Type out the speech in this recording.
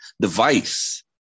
device